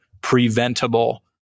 preventable